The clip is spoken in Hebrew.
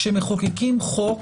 כשמחוקקים חוק,